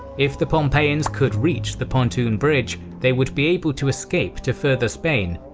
if the pompeians could reach the pontoon bridge, they would be able to escape to further spain,